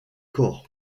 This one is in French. corps